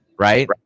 Right